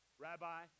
Rabbi